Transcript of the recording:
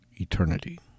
eternity